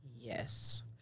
Yes